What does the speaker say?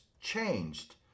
changed